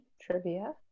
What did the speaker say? trivia